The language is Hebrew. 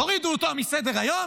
תורידו אותו מסדר-היום,